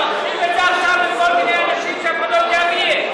אתה מרחיב את זה עכשיו לכל מיני אנשים שאף אחד לא יודע מי הם.